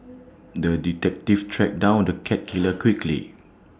the detective tracked down the cat killer quickly